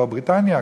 או בריטניה,